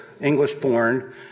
English-born